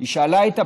היא שאלה את הפקידה: